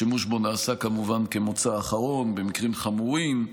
השימוש בו נעשה כמובן כמוצא אחרון, במקרים חמורים,